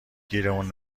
گیرمون